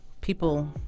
People